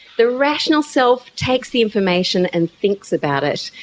the rational self takes the information and thinks about it,